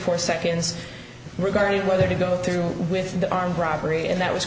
four seconds regarding whether to go through with the armed robbery and that was